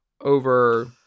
over